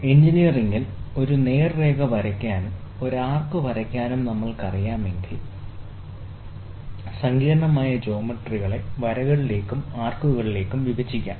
എഞ്ചിനീയറിംഗിൽ ഒരു നേർരേഖ വരയ്ക്കാനും ഒരു ആർക് വരയ്ക്കാനും നമ്മൾക്കറിയാമെങ്കിൽ സങ്കീർണ്ണമായ ജ്യോമെട്രികളെ വരകളിലേക്കും ആർക്കുകളിലേക്കും വിഭജിക്കാം